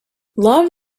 love